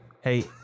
Hey